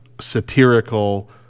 satirical